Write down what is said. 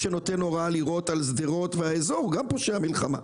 שנותן הוראה לירות על שדרות והאזור הוא גם פושע מלחמה.